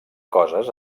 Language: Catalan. coses